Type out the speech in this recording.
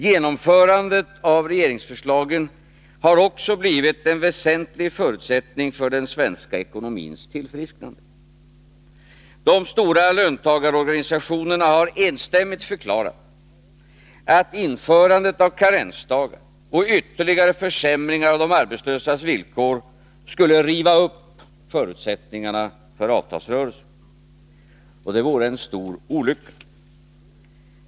Genomförandet av regeringsförslagen har också blivit en väsentlig förutsättning för den svenska ekonomins tillfrisknande. De stora löntagarorganisationerna har enstämmigt förklarat att införandet av karensdagar och ytterligare försämringar av de arbetslösas villkor skulle riva upp förutsättningarna för avtalsrörelsen. Det vore en stor olycka.